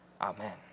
Amen